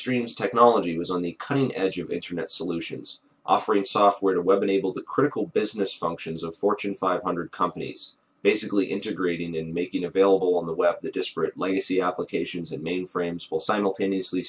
streams technology was on the cutting edge of internet solutions offering software to web enabled critical business functions of fortune five hundred companies basically integrating and making available on the web the disparate legacy applications and mainframes will simultaneously